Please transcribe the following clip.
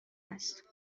است